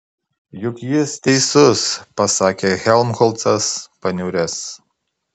juk jis teisus pasakė helmholcas paniuręs